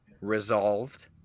resolved